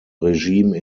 regime